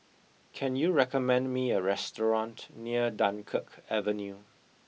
can you recommend me a restaurant near Dunkirk Avenue